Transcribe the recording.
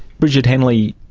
brigid henley,